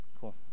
Cool